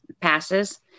passes